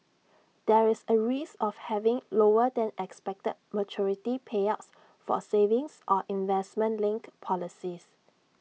there is A risk of having lower than expected maturity payouts for A savings or investment linked policies